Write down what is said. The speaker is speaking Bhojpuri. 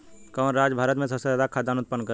कवन राज्य भारत में सबसे ज्यादा खाद्यान उत्पन्न करेला?